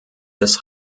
des